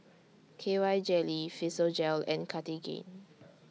K Y Jelly Physiogel and Cartigain